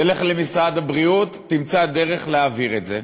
תלך למשרד הבריאות, תמצא דרך להעביר את זה,